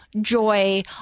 joy